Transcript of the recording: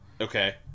Okay